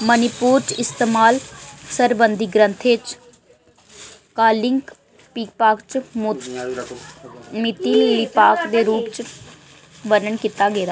मणिपुर च इस्तेमाल सरबंधी ग्रंथें च कांलीकपाक जां मीतिलीपाक दे रूप च बर्णन कीता गेदा